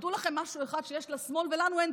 תדעו לכם משהו אחד שיש לשמאל ולנו אין,